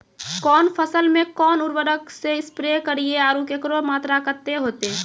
कौन फसल मे कोन उर्वरक से स्प्रे करिये आरु एकरो मात्रा कत्ते होते?